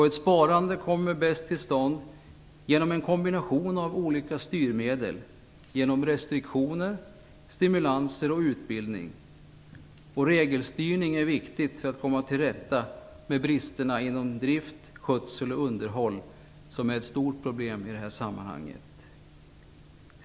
Ett sparande kommer bäst till stånd genom en kombination av olika styrmedel och genom restriktioner, stimulanser och utbildning. Regelstyrning är också viktigt för att komma till rätta med bristerna inom drift, skötsel och underhåll, vilka är ett stort problem i detta sammanhang.